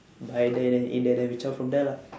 buy there then we eat there then we zao from that lah